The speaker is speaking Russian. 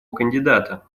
кандидата